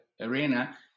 arena